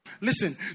Listen